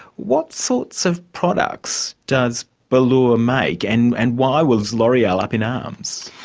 what sorts of products does bellure make and and why was l'oreal up in arms?